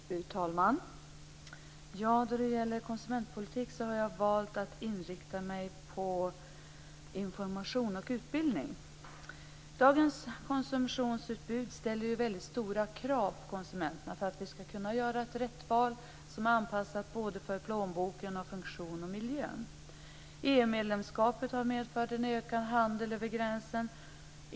Fru talman! Då det gäller konsumentpolitik har jag valt att inrikta mig på information och utbildning. Dagens konsumtionsutbud ställer ju väldigt stora krav på konsumenterna, för att vi ska kunna göra rätt val som är anpassat till plånboken, funktionen och miljön. EU-medlemskapet har medfört en ökad handel över gränserna.